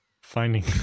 finding